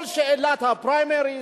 כל שאלת הפריימריס,